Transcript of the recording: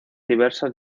diversas